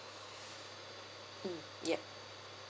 mm yeap